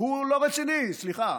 הוא לא רציני, סליחה.